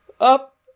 Up